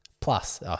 plus